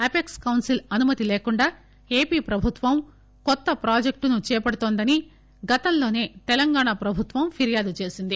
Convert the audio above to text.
apex council అనుమతి లేకుండా AP ప్రభుత్వం కొత్త ప్రాజెక్టును చేపడుతోందని గతంలోసే తెలంగాణ ప్రభుత్వం ఫిర్యాదు చేసింది